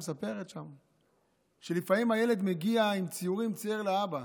מספרת שלפעמים הילד מגיע עם ציורים שהוא צייר לאבא.